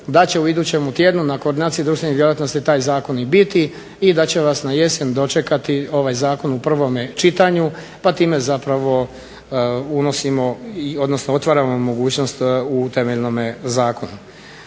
da će u idućem tjednu na koordinaciji društvene djelatnosti taj zakon biti i da će vas na jesen dočekati ovaj zakon u prvom čitanju, pa time zapravo otvaramo mogućnost u temeljnom zakonu.